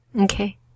Okay